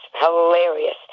hilarious